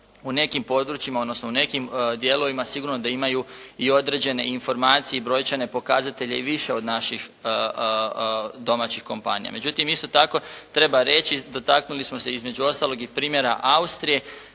U nekim područjima odnosno u nekim dijelovima sigurno da imaju i određene informacije i brojčane pokazatelje i više od naših domaćih kompanija. Međutim, isto tako treba reći dotaknuli smo se između ostalog i primjera Austrije.